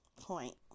point